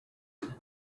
them